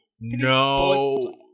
no